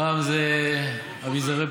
פעם זה אביזרי בטיחות,